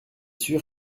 sûr